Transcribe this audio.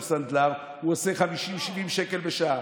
שהוא סנדלר ועושה 50 70 שקל בשעה.